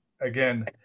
Again